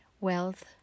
wealth